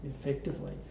effectively